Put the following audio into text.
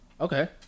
Okay